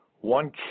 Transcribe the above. one